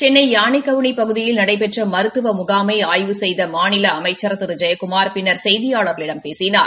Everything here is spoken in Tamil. சென்னை யானைக்கவுணி பகுதியில் நடைபெற்ற மருத்துவ முகாமை ஆய்வு செய்த மாநில அமைச்சா் திரு ஜெயக்குமார் பின்னர் செய்தியாளர்களிடம் பேசினார்